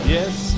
Yes